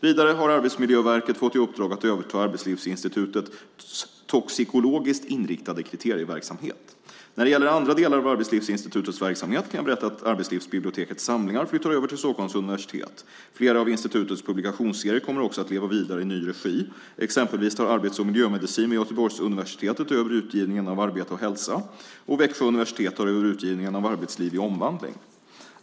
Vidare har Arbetsmiljöverket fått i uppdrag att överta Arbetslivsinstitutets toxikologiskt inriktade kriterieverksamhet. När det gäller andra delar av Arbetslivsinstitutets verksamhet kan jag berätta att arbetslivsbibliotekets samlingar flyttar över till Stockholms universitet. Flera av institutets publikationsserier kommer också att leva vidare i ny regi. Exempelvis tar Arbets och miljömedicin vid Göteborgs universitet över utgivningen av Arbete & Hälsa , och Växjö universitet tar över utgivningen av Arbetsliv i omvandling .